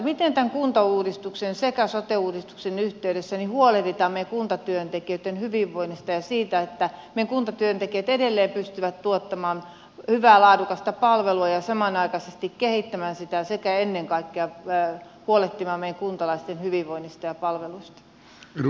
miten tämän kuntauudistuksen sekä sote uudistuksen yhteydessä huolehditaan meidän kuntatyöntekijöitten hyvinvoinnista ja siitä että meidän kuntatyöntekijät edelleen pystyvät tuottamaan hyvää laadukasta palvelua ja samanaikaisesti kehittämään sitä sekä ennen kaikkea huolehtimaan meidän kuntalaisten hyvinvoinnista ja palveluista